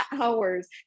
hours